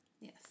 yes